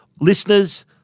listeners